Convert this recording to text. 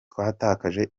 twatakaje